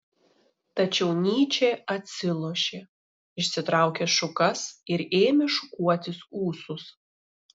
tačiau nyčė atsilošė išsitraukė šukas ir ėmė šukuotis ūsus